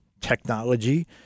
technology